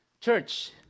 Church